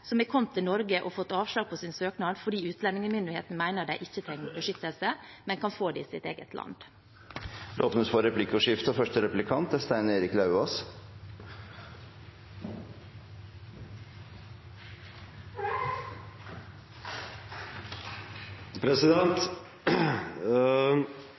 som har kommet til Norge og fått avslag på sin søknad fordi utlendingsmyndighetene mener de ikke trenger beskyttelse, men kan få det i sitt eget land? Det blir replikkordskifte.